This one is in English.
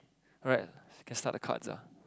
alright can start the cards ah